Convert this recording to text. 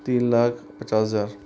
तीन लाख पचास हजार